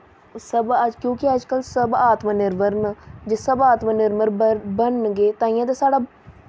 सब अज्ज क्योंकि अज्ज कल सब आत्मनिर्भर न जे सब आत्म निर्भर बनन गे ताहियें ते साढ़ा